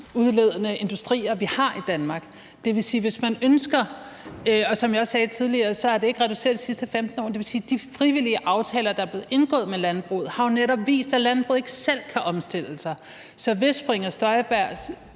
CO2-udledende industrier, vi har i Danmark. Som jeg også sagde tidligere, er de ikke blevet reduceret de sidste 15 år. Det vil sige, at de frivillige aftaler, der er blevet indgået med landbruget, jo netop har vist, at landbruget ikke selv kan omstille sig. Så hvis fru Inger Støjberg